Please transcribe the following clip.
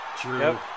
True